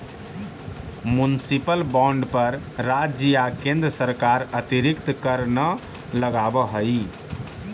municipal bond पर राज्य या केन्द्र सरकार अतिरिक्त कर न लगावऽ हइ